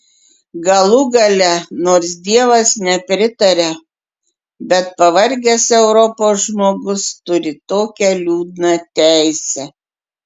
galų gale nors dievas nepritaria bet pavargęs europos žmogus turi tokią liūdną teisę